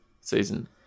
season